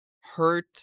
hurt